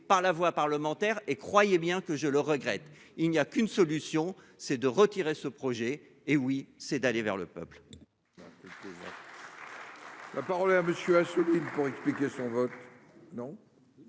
par la voie parlementaire et croyez bien que je le regrette. Il n'y a qu'une solution c'est de retirer ce projet. Hé oui c'est d'aller vers le peuple.